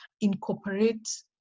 incorporate